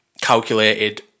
calculated